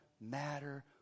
matter